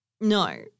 No